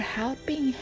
helping